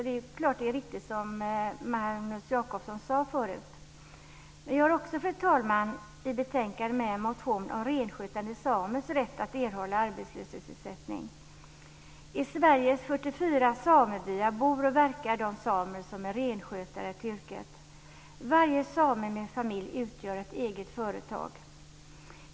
Det är riktigt som Magnus Jacobsson sade förut. Fru talman! Jag har också med en motion om renskötande samers rätt att erhålla arbetslöshetsersättning. I Sveriges 44 samebyar bor och verkar de samer som är renskötare till yrket. Varje same med familj utgör ett eget företag.